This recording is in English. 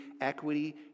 equity